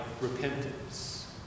repentance